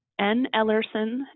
nellerson